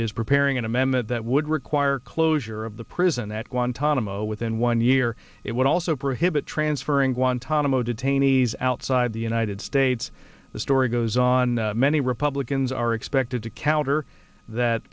is preparing an amendment that would require closure of the prison at guantanamo within one year it would also prohibit transferring guantanamo detainees outside the united states the story goes on many republicans are expected to counter that